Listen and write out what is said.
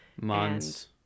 months